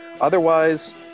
Otherwise